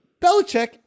Belichick